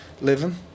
living